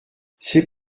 c’est